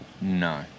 No